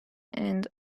and